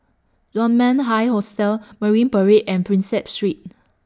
Dunman High Hostel Marine Parade and Prinsep Street